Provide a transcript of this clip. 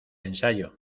ensayo